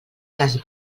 cas